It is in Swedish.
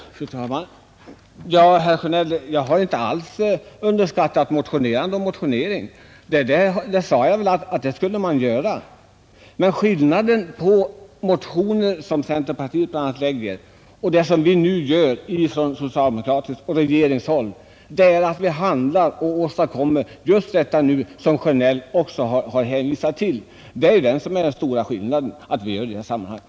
Fru talman! Jag har inte alls underskattat motionerandet, herr Sjönell. Tvärtom sade jag att man skall motionera. Men skillnaden mellan motioner som bl.a. centerpartiet lägger fram och det som socialdemokratin och regeringen nu gör, det är att vi handlar och just i detta nu åstadkommer någonting — vilket herr Sjönell också har hänvisat till. Det är den stora skillnaden i sammanhanget.